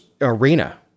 arena